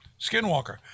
Skinwalker